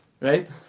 right